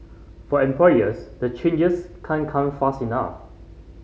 for employers the changes can come fast enough